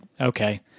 okay